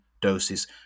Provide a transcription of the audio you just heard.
doses